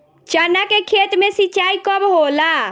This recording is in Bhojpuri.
चना के खेत मे सिंचाई कब होला?